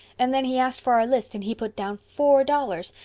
and then he asked for our list and he put down four dollars.